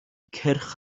cyrch